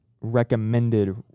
recommended